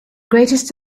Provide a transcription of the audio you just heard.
greatest